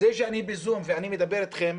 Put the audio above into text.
זה שאני ב"זום" ואני מדבר אתכם,